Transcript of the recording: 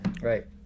Right